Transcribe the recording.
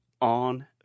on